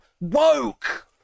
woke